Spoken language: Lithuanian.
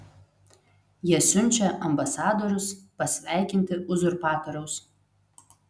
jie siunčia ambasadorius pasveikinti uzurpatoriaus